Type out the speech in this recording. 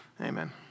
Amen